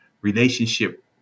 relationship